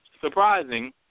Surprising